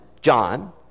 John